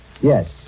Yes